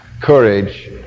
courage